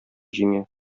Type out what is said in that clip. җиңә